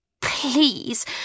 please